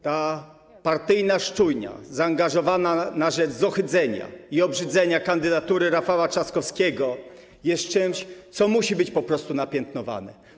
Ta partyjna szczujnia zaangażowana na rzecz zohydzenia i obrzydzenia kandydatury Rafała Trzaskowskiego jest czymś, co musi być po prostu napiętnowane.